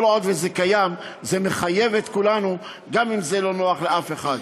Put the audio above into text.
כל עוד זה קיים זה מחייב את כולנו גם אם זה לא נוח למישהו.